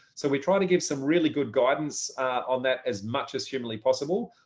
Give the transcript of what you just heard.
so we're trying to give some really good guidance on that as much as humanly possible.